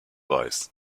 weiß